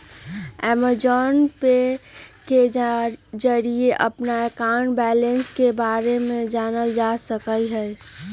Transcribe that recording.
Amazon pay के जरिए अपन अकाउंट बैलेंस के बारे में जानल जा सका हई